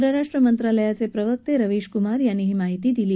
परराष्ट्र मंत्रालयाचे प्रवक्ते रवीश कुमार यांनी ही माहिती दिली आहे